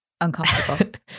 uncomfortable